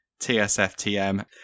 TSFTM